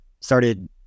started